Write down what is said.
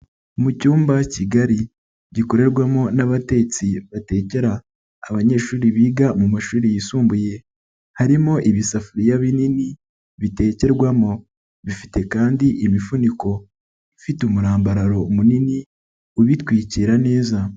Mu cyumba kigari gikorerwamo n'abatetsi batekera abanyeshuri biga mu mashuri yisumbuye, harimo ibisafuriya binini bitekerwamo, bifite kandi imifuniko ifite umurambararo munini ubitwikira neza.